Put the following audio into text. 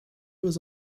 was